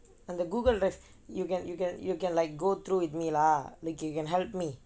you can Google you can you can you can like go through with me lah like you can help me